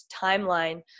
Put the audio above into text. timeline